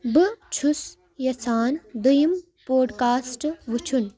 بہٕ چھُس یژھان دوٚیِم پوڈکاسٹ وٕچھُن